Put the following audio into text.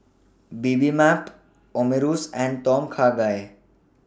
Bibimbap Omurice and Tom Kha Gai